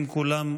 אם כולם ישובים,